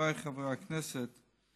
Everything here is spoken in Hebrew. חבריי חברי הכנסת,